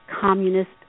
communist